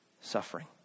suffering